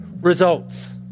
results